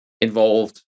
involved